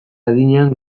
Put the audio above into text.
adinean